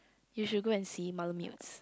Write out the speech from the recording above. you should go and see malamutes